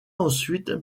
ensuite